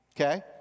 Okay